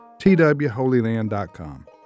twholyland.com